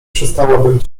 przestałabym